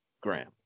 Graham